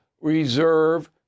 reserve